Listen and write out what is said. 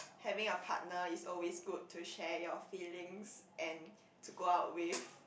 having a partner is always good to share your feelings and to go out with